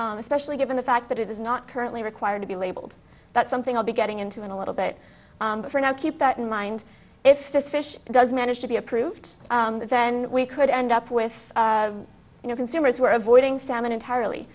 especially given the fact that it is not currently required to be labeled that something i'll be getting into in a little bit but for now keep that in mind if this fish does manage to be approved then we could end up with you know consumers who are avoiding salmon entirely